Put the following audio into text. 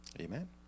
Amen